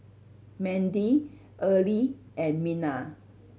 Mandi Earlie and Minna